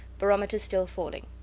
barometer still falling.